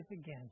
again